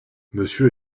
monsieur